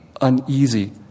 uneasy